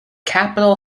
capitol